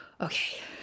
okay